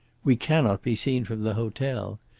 we cannot be seen from the hotel.